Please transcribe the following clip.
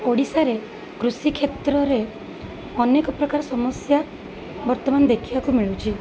ଓଡ଼ିଶାରେ କୃଷିକ୍ଷେତ୍ରରେ ଅନେକ ପ୍ରକାର ସମସ୍ୟା ବର୍ତ୍ତମାନ ଦେଖିବାକୁ ମିଳୁଛି